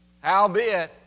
Howbeit